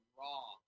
raw